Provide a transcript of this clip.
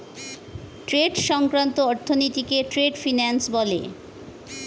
trade সংক্রান্ত অর্থনীতিকে trade finance বলে